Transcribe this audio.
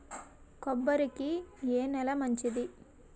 కొబ్బరి కి ఏ నేల మంచిది?